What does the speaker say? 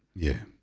yeah,